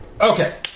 Okay